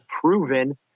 proven